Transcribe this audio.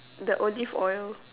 the olive oil